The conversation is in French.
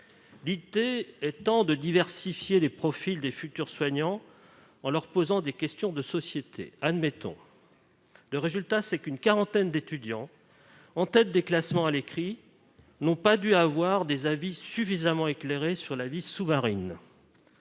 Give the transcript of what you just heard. L'idée était de diversifier les profils des futurs soignants, en leur posant des questions de société ... Admettons ! Mais le résultat est qu'une quarantaine d'étudiants, en tête des classements à l'écrit, n'ont pas dû avoir des avis suffisamment éclairés sur la vie sous-marine.